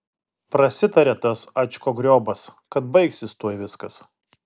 prasitarė tas ačkogriobas kad baigsis tuoj viskas